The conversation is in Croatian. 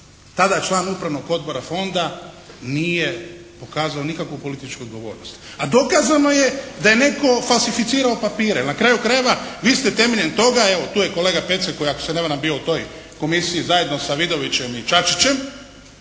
tada član Upravnog odbora fonda nije pokazao nikakvu političku odgovornost, a dokazano je da je netko falsificirao papire. Na kraju krajeva vi ste temeljem toga, evo tu je kolega Pecek ako se ne varam bio u toj komisiji zajedno sa Vidovićem i Čačićem.